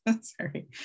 sorry